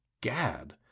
Gad